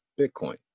bitcoin